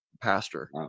pastor